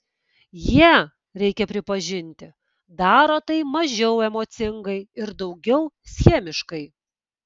jie reikia pripažinti daro tai mažiau emocingai ir daugiau schemiškai